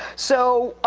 so,